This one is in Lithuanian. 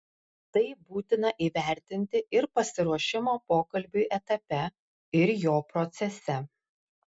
tai būtina įvertinti ir pasiruošimo pokalbiui etape ir jo procese